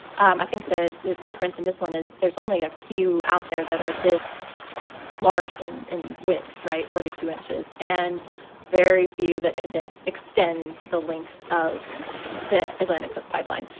um i think the the difference in this one is there's only a few out there that are this large in in width. right. forty two inches and very few that ah that extend the length of the atlantic coast pipeline.